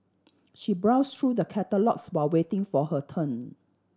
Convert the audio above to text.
she browsed through the catalogues while waiting for her turn